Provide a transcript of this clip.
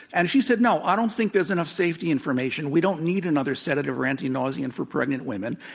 and she said, no, i don't think there's enough safety information. we don't need another sedative or anti-nauseant for pregnant women.